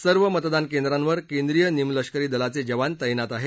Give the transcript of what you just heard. सर्व मतदान केंद्रांवर केंद्रीय निमलष्करी दलाचे जवान तैनात आहेत